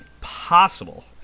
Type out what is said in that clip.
possible